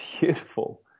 beautiful